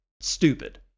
stupid